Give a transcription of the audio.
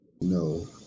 no